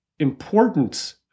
importance